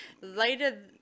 Later